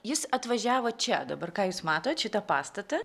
jis atvažiavo čia dabar ką jūs matot šitą pastatą